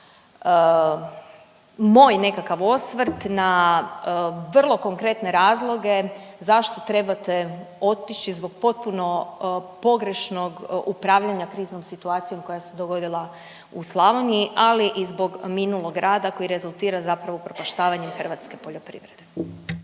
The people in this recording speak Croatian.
moj nekakav osvrt na vrlo konkretne razloge zašto trebate otići zbog potpuno pogrešnog upravljanja kriznom situacijom koja se dogodila u Slavoniji, ali i zbog minulog rada koji rezultira zapravo upropaštavanjem hrvatske poljoprivrede.